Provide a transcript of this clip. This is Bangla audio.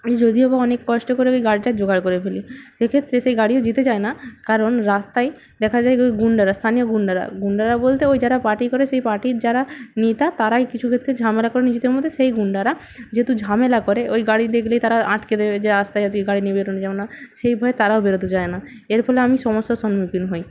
আমি যদিও বা অনেক কষ্ট করে ওই গাড়িটা জোগাড় করে ফেলি সেক্ষেত্রে সেই গাড়িও যেতে চায় না কারণ রাস্তায় দেখা যায় গুণ্ডারা স্থানীয় গুণ্ডারা গুণ্ডারা বলতে ওই যারা পার্টি করে সেই পার্টির যারা নেতা তারাই কিছু ক্ষেত্রে ঝামেলা করে নিজেদের মধ্যে সেই গুণ্ডারা যেহেতু ঝামেলা করে ওই গাড়ি দেখলেই তারা আটকে দেবে যে রাস্তায় আজকে গাড়ি নিয়ে বেরোনো যাবে না সেই ভয়ে তারাও বেরোতে চায় না এর ফলে আমি সমস্যার সম্মুখীন হই